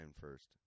first